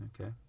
okay